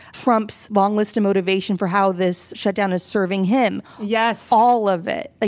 trump's long list of motivations for how this shutdown is serving him. yes. all of it. ah